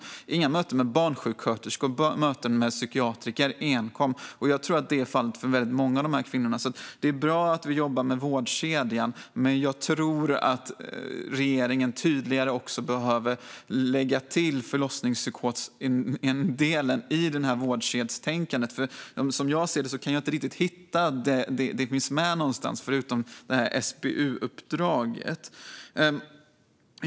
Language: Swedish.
Det skedde inga möten med barnsjuksköterskor utan enkom möten med psykiatriker. Jag tror att det är fallet för väldigt många av de här kvinnorna. Det är bra att vi jobbar med vårdkedjan, men jag tror att regeringen tydligare behöver lägga till förlossningspsykosdelen i vårdkedjetänkandet. Jag kan inte riktigt hitta att detta finns med någonstans, förutom i SBU-uppdraget.